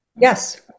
Yes